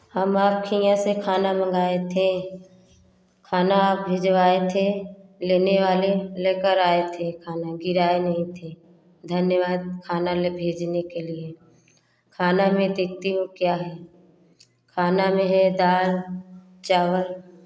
हम आपके यहाँ से खाना मंगाए थे खाना आप भिजवाए थे लेने वाले लेकर आए थे खाना गिराए नहीं थे धन्यवाद खाना ल भेजने के लिए खाना मैं देखती हूँ क्या है खाना में है दाल चावल